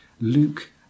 Luke